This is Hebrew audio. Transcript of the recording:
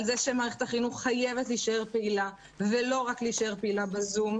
על זה שמערכת החינוך חייבת להישאר פעילה ולא רק להישאר פעילה בזום,